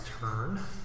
turn